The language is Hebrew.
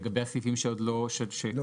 לגבי הסעיפים שעוד לא -- לא,